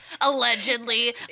allegedly